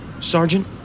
Sergeant